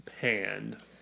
Panned